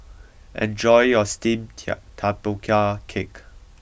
enjoy your Steamed Tapioca Cake